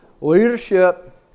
leadership